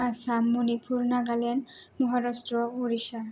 Assam Manipur Nagaland Maharashtra Orissa